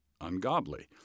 ungodly